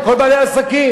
עם כל בעלי עסקים,